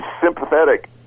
sympathetic